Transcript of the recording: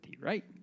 right